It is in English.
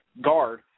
guard